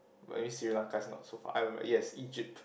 but anyways Sri-Lanka is not so far I yes Egypt